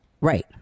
Right